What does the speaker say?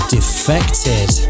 Defected